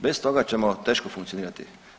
Bez toga ćemo teško funkcionirati.